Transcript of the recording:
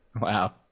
Wow